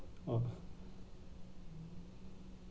uh